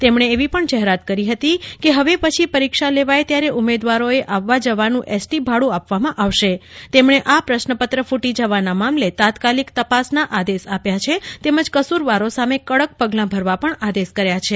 તેમને એવી પણ જાહેરાત કરી હતી કે હવે પછી પરીક્ષા લેવાય ત્યારે ઉમેદવારોએ આવવા જવાનું એસટી બસનું ભાડું આપવામાં આવશે તેમણે આ પ્રશ્નપત્ર ફૂટી જવાના મામલે તાત્કાલિક તપાસના આદેશ આપ્યા છે તેમજ કસુરવારને સામે કડક પગલા ભરવા પણ આદેશ કર્યો છે